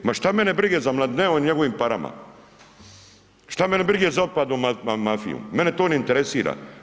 Ma šta mene briga za Mladineom i njegovim parama, šta mene briga za otpadnom mafijom, mene to ne interesira.